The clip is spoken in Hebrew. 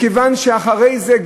מכיוון שאחרי זה,